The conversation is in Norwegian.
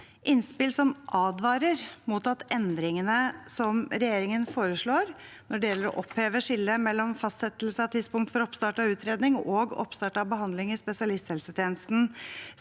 innspill som advarer mot endringene som regjeringen foreslår, når det gjelder å oppheve skillet mellom fastsettelse av tidspunkt for oppstart av utredning og oppstart av behandling i spesialisthelsetjenesten.